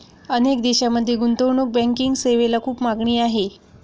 अनेक देशांमध्ये गुंतवणूक बँकिंग सेवेला खूप मागणी आहे